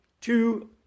two